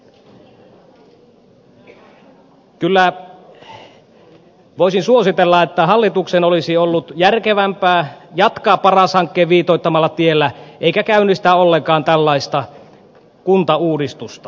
kyllä voisin suositella että hallituksen olisi ollut järkevämpää jatkaa paras hankkeen viitoittamalla tiellä eikä käynnistää ollenkaan tällaista kuntauudistusta